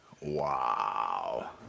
Wow